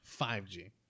5G